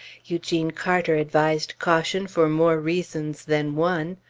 eugene carter advised caution for more reasons than one.